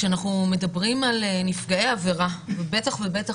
כשאנחנו מדברים על נפגעי עבירה ובטח ובטח